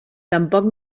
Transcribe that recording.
tampoc